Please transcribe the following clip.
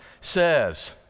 says